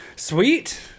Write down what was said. Sweet